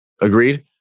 Agreed